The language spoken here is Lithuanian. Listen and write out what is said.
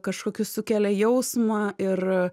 kažkokius sukelia jausmą ir